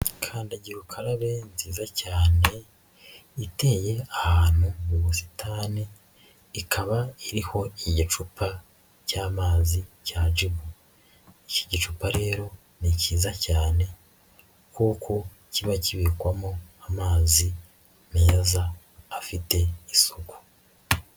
Kandagira ukarabe nziza cyane yateye ahantu mu busitani, ikaba iriho igicupa cy’amazi cya jibu. Iki gicupa rero ni kiza cyane kuko kiba kibikwamo amazi meza afite isuku.